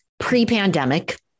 pre-pandemic